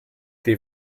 die